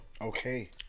okay